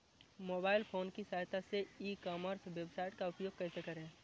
Mobile phone की सहायता से ई कॉमर्स वेबसाइट का उपयोग कैसे करें?